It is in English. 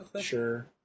Sure